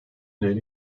değeri